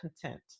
content